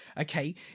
okay